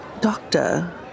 doctor